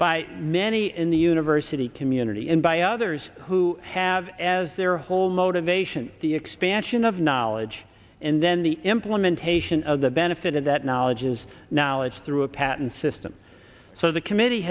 by many in the university community and by others who have as their whole motivation the expansion of knowledge and then the implementation of the benefit of that knowledge is now it's through a patent system so the committee